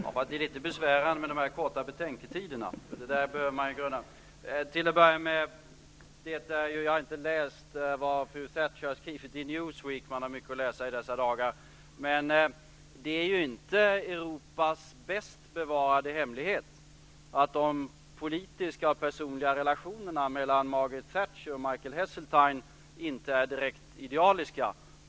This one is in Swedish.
Fru talman! Det är litet besvärande med de korta betänketiderna. Det här behöver man grunna på. Till att börja med har jag inte läst vad fru Thatcher har skrivit i Newsweek -- man har mycket att läsa i dessa dagar. Det är ju inte Europas bäst bevarade hemlighet att de politiska och personliga relationerna mellan Margaret Thatcher och Michael Heseltine inte är direkt idealiska.